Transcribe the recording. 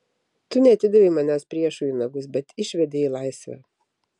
tu neatidavei manęs priešui į nagus bet išvedei į laisvę